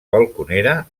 balconera